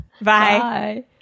Bye